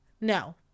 no